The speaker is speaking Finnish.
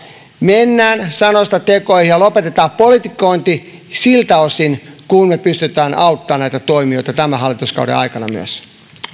mennään sanoista tekoihin ja lopetetaan politikointi siltä osin kuin me pystymme auttamaan näitä toimijoita myös tämän hallituskauden aikana